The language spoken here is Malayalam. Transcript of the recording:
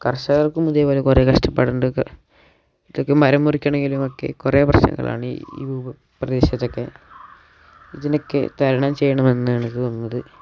കർഷകർക്കും ഇതേപോലെ കുറേ കഷ്ടപ്പാടുണ്ട് ഇതൊക്കെ മരം മുറിക്കണമെങ്കിലുമൊക്കെ കുറേ പ്രശ്നങ്ങളാണ് ഈ ഉൾപ്രദേശത്തൊക്കെ ഇതിനൊക്കെ തരണം ചെയ്യണമെന്നാണ് എനിക്ക് തോന്നുന്നത്